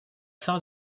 fin